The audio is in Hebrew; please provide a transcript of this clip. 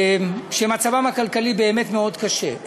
שמצבם הכלכלי באמת קשה מאוד.